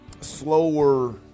slower